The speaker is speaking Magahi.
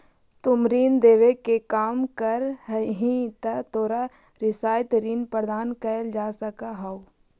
तुम ऋण देवे के काम करऽ हहीं त तोरो रियायत ऋण प्रदान कैल जा सकऽ हओ